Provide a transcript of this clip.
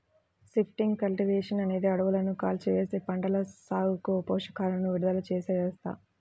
shifting cultivation అనేది అడవులను కాల్చివేసి, పంటల సాగుకు పోషకాలను విడుదల చేసే వ్యవస్థ